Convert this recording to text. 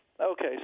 okay